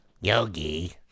Yogi